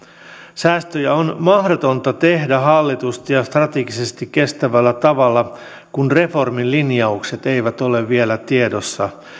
säästöjä on mahdotonta tehdä hallitusti ja strategisesti kestävällä tavalla kun reformin linjaukset eivät ole vielä tiedossa